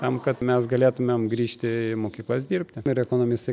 tam kad mes galėtumėm grįžti į mokyklas dirbti ir ekonomistai